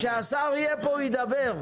כשהשר יהיה פה הוא ידבר.